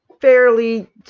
fairly –